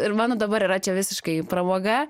ir mano dabar yra čia visiškai pramoga